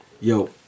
Yo